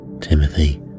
Timothy